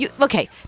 Okay